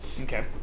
Okay